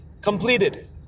completed